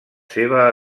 seva